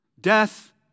Death